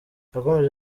yakomeje